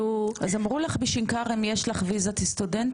--- אז אמרו לך בשנקר אם יש לך ויזת סטודנט,